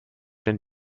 den